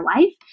life